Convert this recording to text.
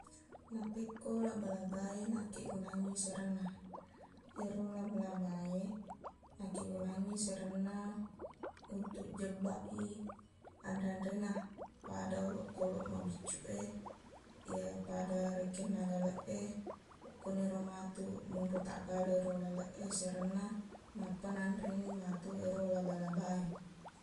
Mappekko laba-laba e nakkegunangngi serenna ero laba-laba e nakkigunangngi serenna untuk jebbak i anre-anrena pada olokkolok mabiccu e iye pada rekenna laleq e okkoniro matuq monro taqgala ero laleq e serenna nappa naanreni matuq ero laba-laba e